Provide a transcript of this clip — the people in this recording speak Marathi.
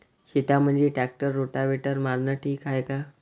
शेतामंदी ट्रॅक्टर रोटावेटर मारनं ठीक हाये का?